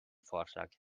vorschlag